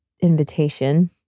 invitation